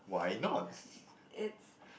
it's